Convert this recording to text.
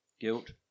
guilt